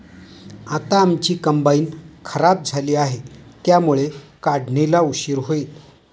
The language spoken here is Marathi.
आता आमची कंबाइन खराब झाली आहे, त्यामुळे काढणीला उशीर होईल